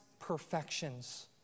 Perfections